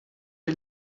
die